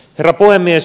herra puhemies